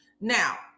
now